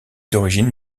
d’origine